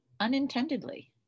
unintendedly